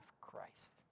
Christ